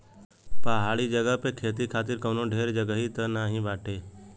पहाड़ी जगह पे खेती खातिर कवनो ढेर जगही त नाही बाटे